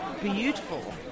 beautiful